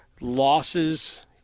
losses